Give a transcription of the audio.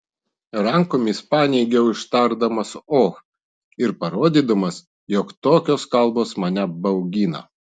rankomis paneigiau ištardamas och ir parodydamas jog tokios kalbos mane baugina